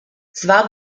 zwar